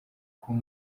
kuba